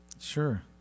Sure